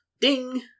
Ding